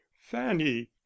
Fanny